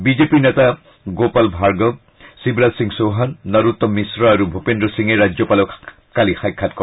BJP নেতা গোপাল ভাৰ্গৱ শিৱৰাজ সিং চৌহান নৰোত্তম মিশ্ৰ আৰু ভূপেন্দ্ৰ সিঙে ৰাজ্যপালক কালি সাক্ষাৎ কৰে